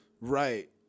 Right